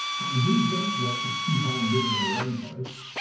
and we don't want to keep on living in a rainforest,